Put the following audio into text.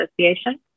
Association